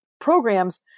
programs